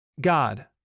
God